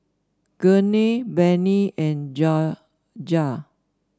Gurney Barney and Jorja